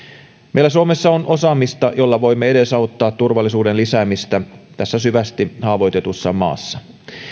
meillä suomessa on osaamista jolla voimme edesauttaa turvallisuuden lisäämistä tässä syvästi haavoitetussa maassa